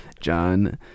John